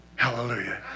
hallelujah